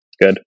good